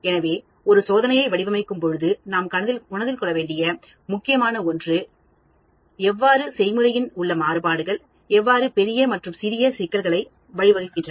எனவே ஒரு சோதனையை வடிவமைக்கும் பொழுது நாம் மனதில் கொள்ள வேண்டிய முக்கியமான ஒன்று எவ்வாறு செய்முறையில் உள்ள மாறுபாடுகள் எவ்வாறு பெரிய மற்றும் சிறிய சிக்கல்களுக்கு வழி வகுக்கின்றன